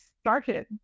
started